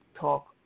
Talk